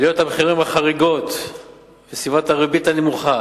עליות המחירים החריגות וסביבת הריבית הנמוכה